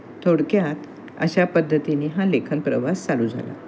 थोडक्यात अशा पद्धतीने हा लेखन प्रवास चालू झाला